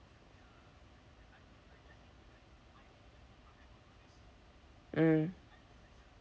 mm